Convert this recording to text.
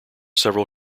several